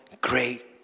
great